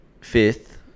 fifth